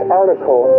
article